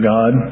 God